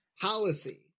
policy